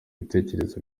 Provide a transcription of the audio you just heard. ibitekerezo